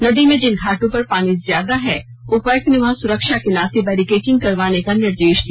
नदी में जिन घाटों पर पानी ज्यादा है उपायुक्त ने वहां सुरक्षा के नाते बैरिकेटिंग करवाने का निर्देश दिया